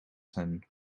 son